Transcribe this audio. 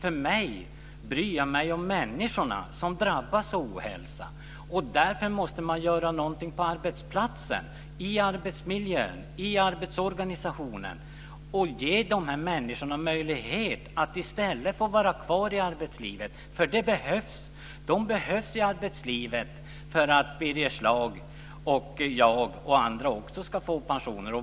Jag bryr mig om de människor som drabbas av ohälsa, och därför måste man göra någonting på arbetsplatsen, i arbetsmiljön och i arbetsorganisationen. Man måste ge dessa människor möjlighet att i stället få vara kvar i arbetslivet. De behövs i arbetslivet för att Birger Schlaug och jag, våra barn och andra ska få pensioner.